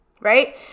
right